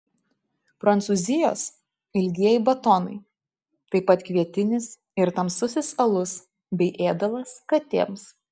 prancūzijos ilgieji batonai taip pat kvietinis ir tamsusis alus bei ėdalas katėms